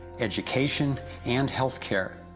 education and health care,